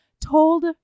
told